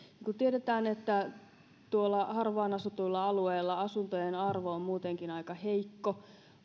kuin tiedetään tuolla harvaan asutuilla alueilla asuntojen arvo on muutenkin aika heikko